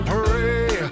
pray